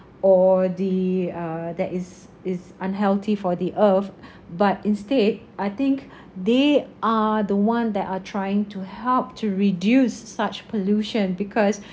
or the uh that is is unhealthy for the earth but instead I think they are the one that are trying to help to reduce such pollution because